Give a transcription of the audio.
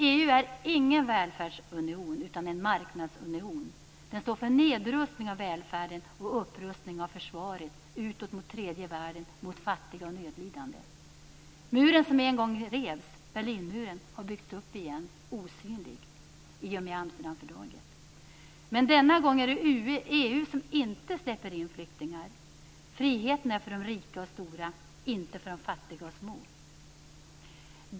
EU är ingen välfärdsunion utan en marknadsunion. Den står för nedrustning av välfärden och upprustning av försvaret utåt mot tredje världen, mot fattiga och nödlidande. Muren som en gång revs - Berlinmuren - har byggts upp igen, osynlig, i och med Amsterdamfördraget. Men denna gång är det EU som inte släpper in flyktingar. Friheten är för de rika och stora, inte för de fattiga och små.